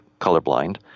colorblind